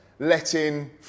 Letting